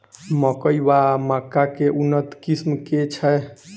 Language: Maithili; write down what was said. मकई वा मक्का केँ उन्नत किसिम केँ छैय?